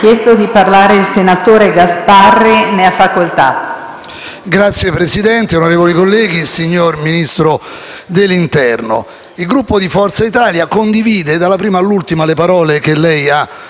Signor Presidente, onorevoli colleghi, signor Ministro dell'interno, il Gruppo di Forza Italia condivide, dalla prima all'ultima, le parole che lei ha